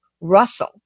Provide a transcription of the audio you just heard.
Russell